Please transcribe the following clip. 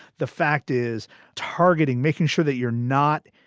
the fact is targeting, making sure that you're not.